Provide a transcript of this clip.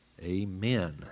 Amen